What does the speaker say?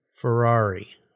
Ferrari